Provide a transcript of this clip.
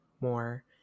more